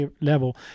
level